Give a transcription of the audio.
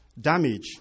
damage